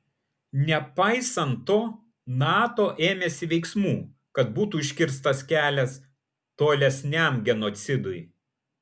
nepaisant to nato ėmėsi veiksmų kad būtų užkirstas kelias tolesniam genocidui